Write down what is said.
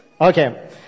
Okay